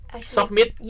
submit